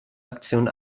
aktion